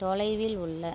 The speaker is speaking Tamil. தொலைவில் உள்ள